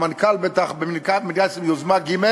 המנכ"ל, בטח, יוזמה ג'.